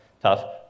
tough